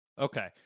Okay